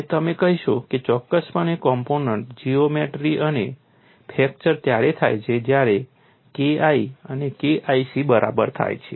અને તમે કહેશો કે ચોક્કસપણે કોમ્પોનન્ટ જીઓમેટ્રી અને ફ્રેક્ચર ત્યારે થાય છે જ્યારે KI એ KIC બરાબર થાય છે